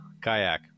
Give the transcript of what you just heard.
kayak